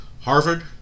Harvard